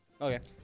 Okay